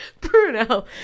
Bruno